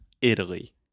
Italy